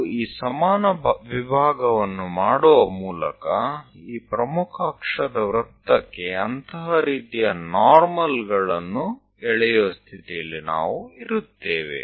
ನಾವು ಈ ಸಮಾನ ವಿಭಾಗವನ್ನು ಮಾಡುವ ಮೂಲಕ ಈ ಪ್ರಮುಖ ಅಕ್ಷದ ವೃತ್ತಕ್ಕೆ ಅಂತಹ ರೀತಿಯ ನಾರ್ಮಲ್ ಗಳನ್ನು ಎಳೆಯುವ ಸ್ಥಿತಿಯಲ್ಲಿ ನಾವು ಇರುತ್ತೇವೆ